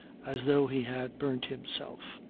as though he had burnt himself.